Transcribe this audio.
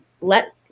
let